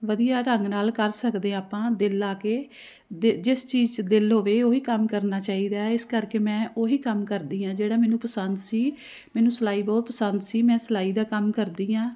ਵਧੀਆ ਢੰਗ ਨਾਲ ਕਰ ਸਕਦੇ ਆਪਾਂ ਦਿਲ ਲਾ ਕੇ ਜਿਸ ਚੀਜ਼ 'ਚ ਦਿਲ ਹੋਵੇ ਉਹ ਹੀ ਕੰਮ ਕਰਨਾ ਚਾਹੀਦਾ ਇਸ ਕਰਕੇ ਮੈਂ ਉਹ ਹੀ ਕੰਮ ਕਰਦੀ ਹਾਂ ਜਿਹੜਾ ਮੈਨੂੰ ਪਸੰਦ ਸੀ ਮੈਨੂੰ ਸਿਲਾਈ ਬਹੁਤ ਪਸੰਦ ਸੀ ਮੈਂ ਸਿਲਾਈ ਦਾ ਕੰਮ ਕਰਦੀ ਹਾਂ